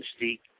mystique